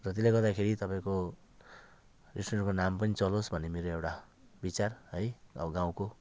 र त्यसले गर्दाखेरि तपाईँको रेस्टुरेन्टको नाम पनि चलोस् भन्ने मेरो एउटा विचार है अब गाउँको